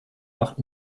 macht